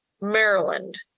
Maryland